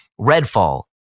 Redfall